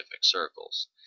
circles